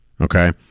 Okay